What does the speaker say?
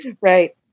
Right